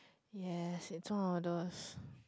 yes it's one of those